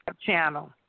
channel